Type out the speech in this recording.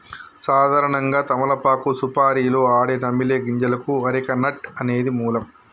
సాధారణంగా తమలపాకు సుపారీలో ఆడే నమిలే గింజలకు అరెక నట్ అనేది మూలం